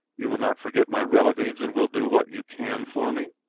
you will not forget my relatives and will do what you can for me?